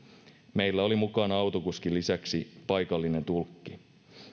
meillä oli mukana autokuskin lisäksi paikallinen tulkki